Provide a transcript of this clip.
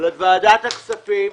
לוועדת הכספים.